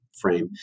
frame